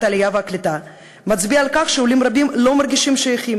העלייה והקליטה מצביע על כך שעולים רבים לא מרגישים שייכים